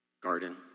garden